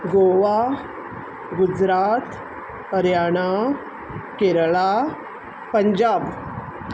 Goa Gujarat Haryana Kerala Punjab